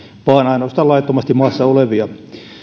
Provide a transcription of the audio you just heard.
vaan ainoastaan laittomasti maassa olevia